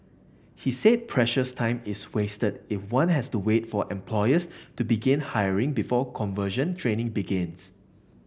he said precious time is wasted if one has to wait for employers to begin hiring before conversion training begins